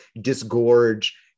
disgorge